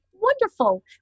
wonderful